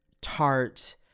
tart